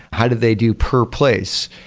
how do they do per place?